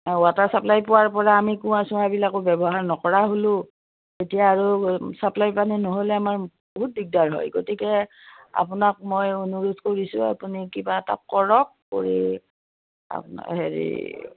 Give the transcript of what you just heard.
water supply পোৱাৰ পৰা আমি কুঁৱা চুৱাবিলাকো ব্যৱহাৰ নকৰা হ'লোঁ এতিয়া আৰু ছাপ্লাই পানী নহ'লে আমাৰ বহুত দিগদাৰ হয় গতিকে আপোনাক মই অনুৰোধ কৰিছোঁ আপুনি কিবা এটা কৰক কৰি আপোনাৰ হেৰি